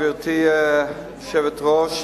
גברתי היושבת-ראש,